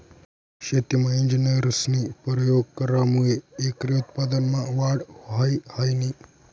शेतीमा इंजिनियरस्नी परयोग करामुये एकरी उत्पन्नमा वाढ व्हयी ह्रायनी